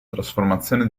trasformazione